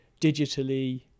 digitally